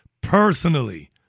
Personally